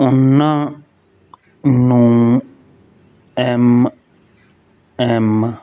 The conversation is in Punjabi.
ਉਹਨਾਂ ਨੂੰ ਐਮ ਐਮ